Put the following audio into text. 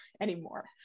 anymore